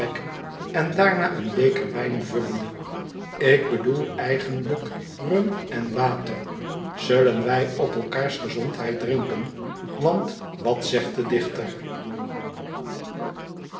n daarna een beker wijn vullende ik bedoel eigenlijk rum en water zullen wij op eikaars gezondheid drinken want wat zegt de dichter